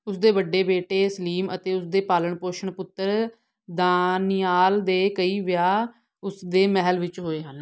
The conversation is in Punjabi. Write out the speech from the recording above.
ਉਸ ਦੇ ਵੱਡੇ ਬੇਟੇ ਸਲੀਮ ਅਤੇ ਉਸ ਦੇ ਪਾਲਣ ਪੋਸ਼ਣ ਪੁੱਤਰ ਦਾਨਿਆਲ ਦੇ ਕਈ ਵਿਆਹ ਉਸ ਦੇ ਮਹਿਲ ਵਿੱਚ ਹੋਏ ਹਨ